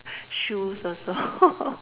shoes also